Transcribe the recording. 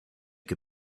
can